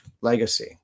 legacy